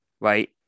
right